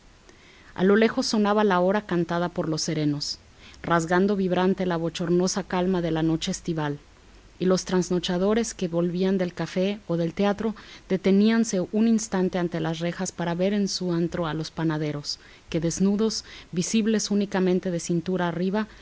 a lo lejos sonaba la hora cantada por los serenos rasgando vibrante la bochornosa calma de la noche estival y los trasnochadores que volvían del café o del teatro deteníanse un instante ante las rejas para ver en su antro a los panaderos que desnudos visibles únicamente de cintura arriba